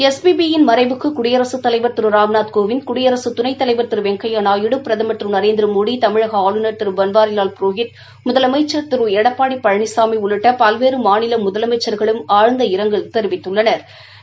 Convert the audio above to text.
S B B யின் மறைவுக்கு குடியரசுத் தலைவர் திரு ராம்நாத் கோவிந்த் குடியரசு துணைத்தலைவர் திரு வெங்கையா நாயுடு பிரதமர் திரு நரேந்திரமோடி தமிழக ஆளுநர் திரு பன்வாரிலால் புரோஹித் முதலமைச்சர் திரு எடப்பாடி பழனிசாமி உள்ளிட்ட பல்வேறு மாநில முதலமைச்சா்களும் ஆழந்த இரங்கல் தெரிவித்துள்ளனா்